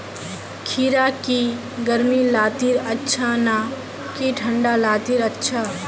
खीरा की गर्मी लात्तिर अच्छा ना की ठंडा लात्तिर अच्छा?